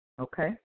okay